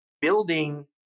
building